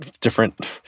different